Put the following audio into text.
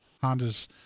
Honda's